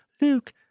Luke